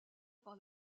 par